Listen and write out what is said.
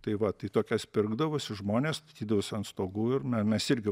tai va tai tokias pirgdavosi žmonės statydavosi ant stogų ir me mes irgi